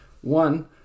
One